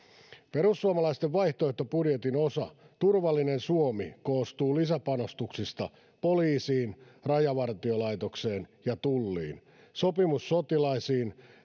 perussuomalaisten vaihtoehtobudjetin osa turvallinen suomi koostuu lisäpanostuksista poliisiin rajavartiolaitokseen ja tulliin sopimussotilaisiin